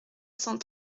cent